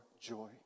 joy